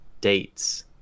dates